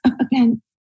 Again